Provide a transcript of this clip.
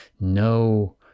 no